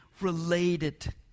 related